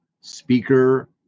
speaker